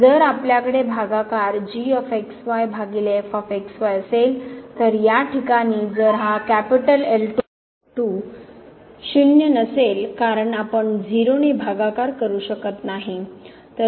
जर आपल्याकडे भागाकार g x y भागिले f x y असेल तर या ठीकाणी जर हा L2 शून्य नसेल कारण आपण 0 ने भागाकार करू शकत नाही